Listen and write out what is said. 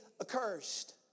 accursed